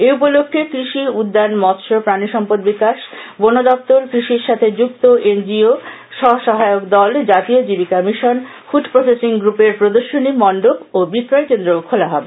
এ উপলক্ষে কৃষি উদ্যান মৎস্য প্রাণী সম্পদ বিকাশ বন দপ্তর কৃষির সাথে যুক্ত এনজিও স্ব সহায়ক দল জাতীয় জীবিকা মিশন ফুড প্রসেসিং গ্রুপের প্রদর্শনী মন্ডপ ও বিক্রয় কেন্দ্র খোলা হবে